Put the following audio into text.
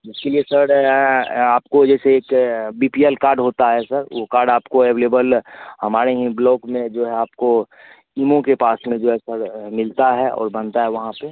इसके लिए सर आपको जैसे एक बी पी एल कार्ड होता है सर वह कार्ड आपको अवेलेबल हमारे ही ब्लॉक में जो है आपको ईमो के पास में जो है सर मिलता है और बनता है वहाँ पर